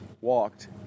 walked